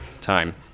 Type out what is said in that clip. time